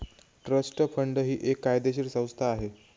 trust fund ही एक कायदेशीर संस्था असा